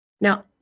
Now